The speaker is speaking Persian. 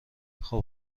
خوب